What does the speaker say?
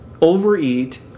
overeat